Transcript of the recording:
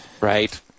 right